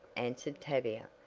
answered tavia,